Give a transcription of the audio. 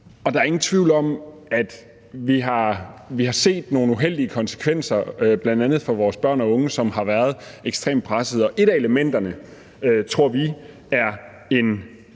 Der er ingen tvivl om, at vi har set nogle uheldige konsekvenser for bl.a. vores børn og unge, som har været ekstremt pressede. Et af elementerne tror vi er en